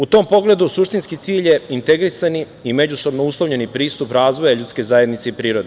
U tom pogledu suštinski cilj je integrisani i međusobno uslovljeni pristup razvoja ljudske zajednice i prirode.